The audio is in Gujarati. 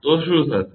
તો શું થશે